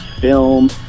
film